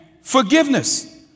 forgiveness